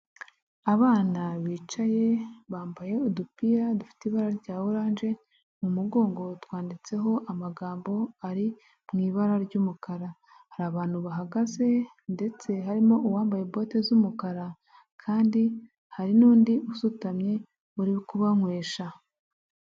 Abana bicaye bambaye udupira dufite ibara rya oranje, mu mugongo twanditseho amagambo ari mu ibara ry'umukara, hari abantu bahagaze ndetse harimo uwambaye bote z'umukara kandi hari n'undi usutamye uri kubanyweshwa.